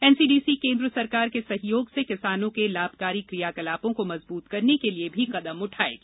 NCDC केन्द्र सरकार के सहयोग से किसानों के लाभकारी क्रियाकलापों को मजबूत करने के लिए भी कदम उठायेगी